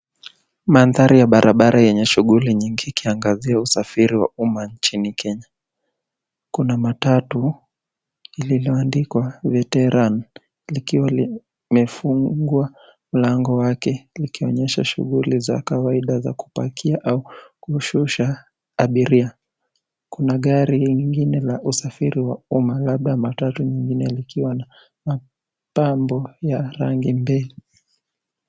Mandari ya barabara yenye shughuli nyingi ikiangazia usafiri wa uma nchini Kenya. Kuna matatu lililoandikwa viteran likiwa limefungwa mlango wake likionyesha shughuli za kawaida za kupakia au kushusha abiria. Kuna gari nyingine ya usafiri wa uma labda matatu nyingine likiwa na mapambo ya rangi mbili.